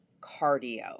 cardio